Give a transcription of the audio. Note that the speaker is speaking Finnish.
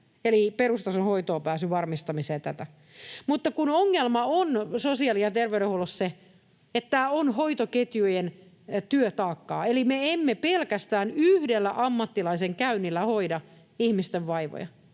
eli perustason hoitoonpääsyn varmistamiseen. Mutta ongelma on sosiaali‑ ja terveydenhuollossa se, että tämä on hoitoketjujen työtaakkaa, eli me emme pelkästään yhdellä ammattilaisen käynnillä hoida ihmisten vaivoja,